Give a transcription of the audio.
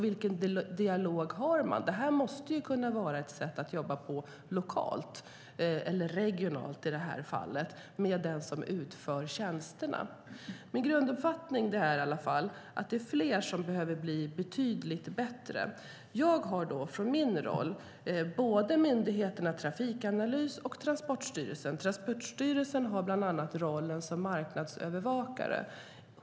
Vilken dialog har man? Det här måste kunna vara ett sätt att jobba på lokalt, eller regionalt i detta fall, med den som utför tjänsterna. Min grunduppfattning är i alla fall att fler behöver bli betydligt bättre. Jag har i min roll ansvar för båda myndigheterna Trafikanalys och Transportstyrelsen. Transportstyrelsen har bland annat rollen som marknadsövervakare.